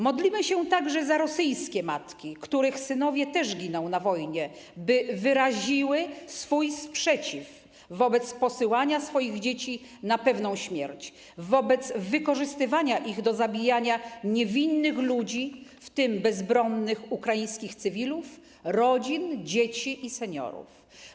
Modlimy się także za rosyjskie matki, których synowie też giną na wojnie, by wyraziły swój sprzeciw wobec posyłania swoich dzieci na pewną śmierć, wobec wykorzystywania ich do zabijania niewinnych ludzi, w tym bezbronnych ukraińskich cywilów, rodzin, dzieci i seniorów.